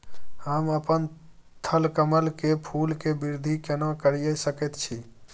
हम अपन थलकमल के फूल के वृद्धि केना करिये सकेत छी?